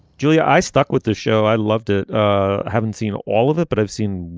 julia i stuck with the show i loved it. i haven't seen all of it but i've seen